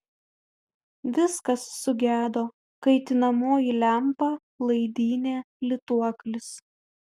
viskas sugedo kaitinamoji lempa laidynė lituoklis